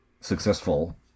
successful